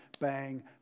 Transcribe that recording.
bang